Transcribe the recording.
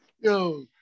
Yo